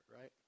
right